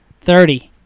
Thirty